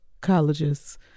colleges